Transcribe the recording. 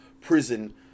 prison